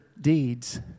deeds